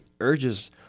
urges